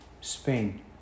Spain